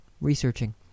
researching